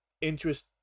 interest